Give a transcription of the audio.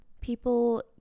People